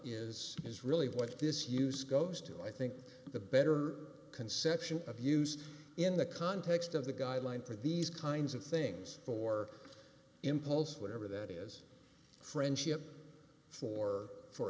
is is really what this use goes to i think the better conception of use in the context of the guideline for these kinds of things for impulse whatever that is friendship for for